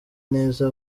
neza